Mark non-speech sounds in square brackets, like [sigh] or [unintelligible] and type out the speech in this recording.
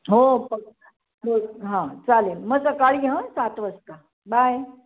हो [unintelligible] हां चालेल मग सकाळी हं सात वाजता बाय